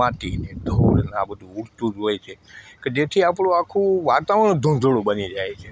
માટી ને ધૂળ ને આ બધું ઉડતું જ હોય છે કે જેથી આપણું આખું વાતાવરણ ધૂંધળું બની જાય છે